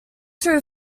through